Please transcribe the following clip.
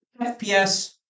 FPS